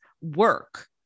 work